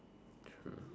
true